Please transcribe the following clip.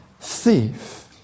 thief